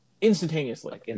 instantaneously